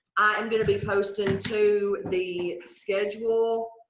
i'm gonna be posting to the schedule.